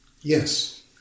Yes